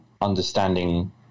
understanding